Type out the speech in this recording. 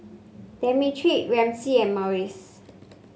Demetric Ramsey and Maurice